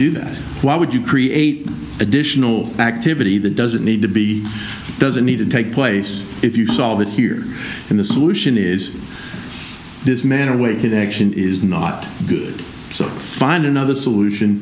do that why would you create additional activity that doesn't need to be doesn't need to take place if you solve it here in the solution is this manner way that action is not good so find another solution